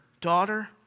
Daughter